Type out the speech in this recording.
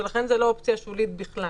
ולכן זו לא אופציה שולית בכלל.